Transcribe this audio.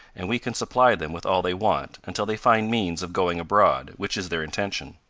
and we can supply them with all they want, until they find means of going abroad, which is their intention.